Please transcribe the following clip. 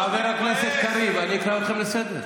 חבר הכנסת קריב, אני אקרא אתכם לסדר.